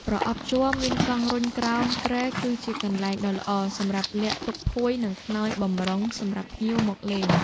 ប្រអប់ជ័រមានកង់រុញក្រោមគ្រែគឺជាកន្លែងដ៏ល្អសម្រាប់លាក់ទុកភួយនិងខ្នើយបម្រុងសម្រាប់ភ្ញៀវមកលេង។